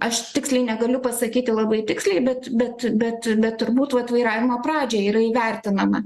aš tiksliai negaliu pasakyti labai tiksliai bet bet bet bet turbūt vat vairavimo pradžioj yra įvertinama